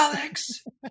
Alex